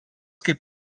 kaip